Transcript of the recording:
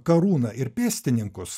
karūną ir pėstininkus